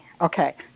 okay